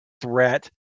threat